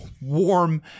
warm